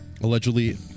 Allegedly